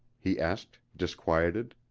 he asked, disquieted.